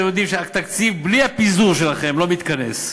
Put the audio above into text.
כשאתם יודעים שהתקציב בלי הפיזור שלכם לא מתכנס,